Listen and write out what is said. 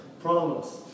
Promise